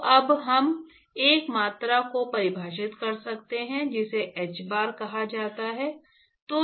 तो अब हम एक मात्रा को परिभाषित कर सकते हैं जिसे hbar कहा जाता है